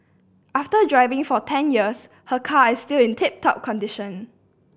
after driving for ten years her car is still in tip top condition